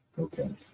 Okay